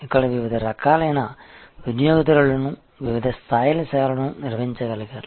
ఇక్కడ వివిధ రకాలైన వినియోగదారునిలు వివిధ స్థాయిల సేవలను నిర్వహించగలరు